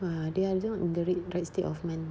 !wah! they are not in the ri~ right state of mind